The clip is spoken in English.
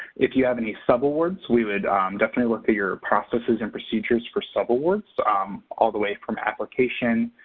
if you have any subawards, we would definitely we'll figure processes and procedures for subawards all the way from application,